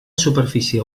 superfície